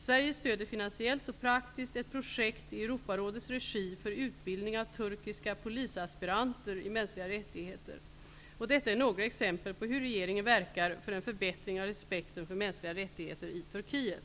Sverige stöder finansiellt och praktiskt ett projekt i Europarådets regi för utbildning av turkiska polisaspiranter i mänskliga rättigheter. Detta är några exempel på hur regeringen verkar för en förbättring av respekten för mänskliga rättigheter i Turkiet.